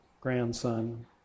grandson